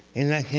elected